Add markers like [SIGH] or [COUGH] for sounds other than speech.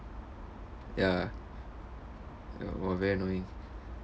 ya uh !wah! very annoying [LAUGHS]